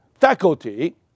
faculty